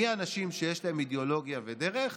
מי האנשים שיש להם אידיאולוגיה ודרך